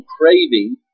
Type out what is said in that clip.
craving